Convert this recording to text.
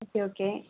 okay okay